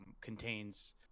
contains